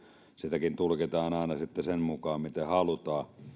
sitäkin tulkitaan aina sitten sen mukaan miten halutaan